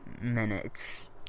minutes